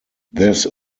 this